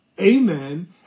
amen